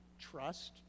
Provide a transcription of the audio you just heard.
trust